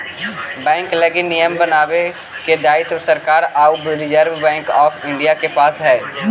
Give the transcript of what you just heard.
bank लगी नियम बनावे के दायित्व सरकार आउ रिजर्व बैंक ऑफ इंडिया के पास हइ